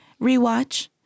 rewatch